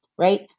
right